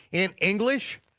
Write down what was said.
in english,